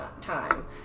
time